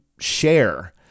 share